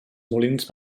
molins